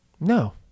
No